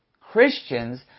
Christians